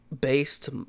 based